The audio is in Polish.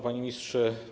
Panie Ministrze!